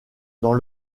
dans